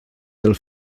del